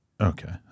Okay